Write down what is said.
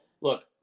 look